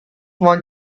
want